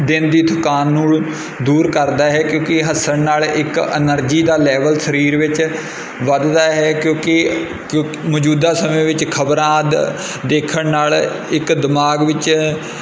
ਦਿਨ ਦੀ ਥਕਾਨ ਨੂੰ ਦੂਰ ਕਰਦਾ ਹੈ ਕਿਉਂਕਿ ਹੱਸਣ ਨਾਲ ਇੱਕ ਐਨਰਜੀ ਦਾ ਲੈਵਲ ਸਰੀਰ ਵਿੱਚ ਵੱਧਦਾ ਹੈ ਕਿਉਂਕਿ ਕਿਉਂਕ ਮੌਜੂਦਾ ਸਮੇਂ ਵਿੱਚ ਖਬਰਾਂ ਆਦਿ ਦੇਖਣ ਨਾਲ ਇੱਕ ਦਿਮਾਗ ਵਿੱਚ